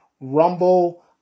Rumble